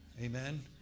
Amen